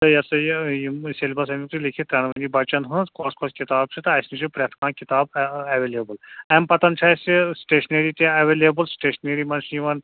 تہٕ یہِ ہسا یہِ یِم سیٚلِبس امیُک تُہۍ لیٚکھِتھ ترٛٮ۪نؤنی بَچن ہٕنٛز کۄس کۄس کِتاب چھِ تہٕ اَسہِ تہِ چھِ پرٛٮ۪تھ کانٛہہ کِتاب ایولیبل امہِ پَتہٕ چھِ اَسہِ سٹیٚشنٔری تہِ ایولیبل سٹیٚشنٔری منٛز چھِ یِوان